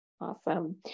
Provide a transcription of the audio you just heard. Awesome